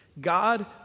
God